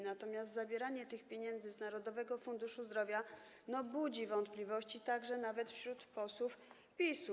Natomiast zabieranie tych pieniędzy z Narodowego Funduszu Zdrowia budzi wątpliwości, nawet wśród posłów PiS-u.